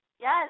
Yes